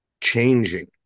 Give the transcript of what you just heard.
changing